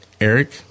Eric